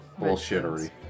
bullshittery